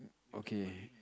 okay